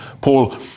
Paul